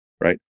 right